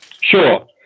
Sure